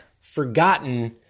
forgotten